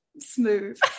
smooth